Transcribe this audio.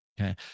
Okay